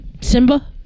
Simba